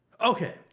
Okay